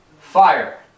Fire